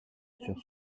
sur